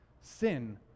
Sin